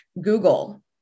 Google